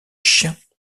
chiens